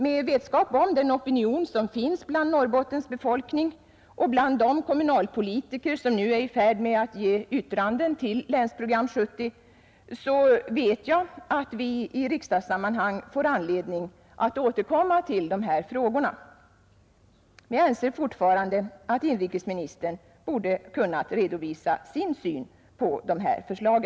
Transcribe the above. Med vetskap om opinionen bland Norrbottens befolkning och bland de kommunalpolitiker som nu är i färd med att avge yttranden till Länsprogram 1970 kan jag säga att vi i riksdagssammanhang får anledning att återkomma till de här frågorna. Men jag anser fortfarande att inrikesministern borde ha kunnat redovisa sin syn på dessa förslag.